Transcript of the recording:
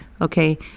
Okay